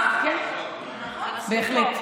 באמצע מאי בשנה שעברה ועד לפיזור הכנסת